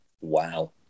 Wow